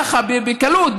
ככה בקלות,